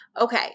Okay